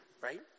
right